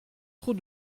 trop